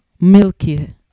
milky